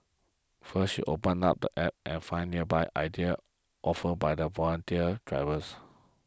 first you open up the app and find nearby ideas offered by the volunteer drivers